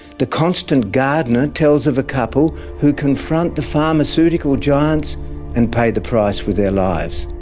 the constant gardener tells of a couple who confront the pharmaceutical giants and pay the price with their lives.